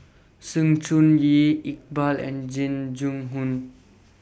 Sng Choon Yee Iqbal and Jing Jun Hong